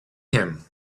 him